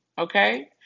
okay